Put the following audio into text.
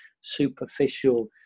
superficial